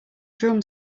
drum